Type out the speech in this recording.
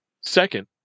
Second